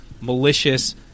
malicious